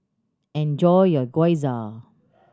enjoy your Gyoza